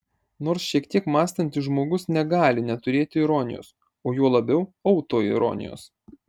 nors šiek tiek mąstantis žmogus negali neturėti ironijos o juo labiau autoironijos